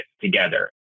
together